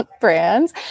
brands